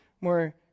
more